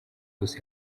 gusa